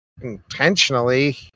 intentionally